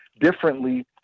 differently